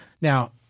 Now